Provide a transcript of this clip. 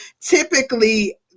typically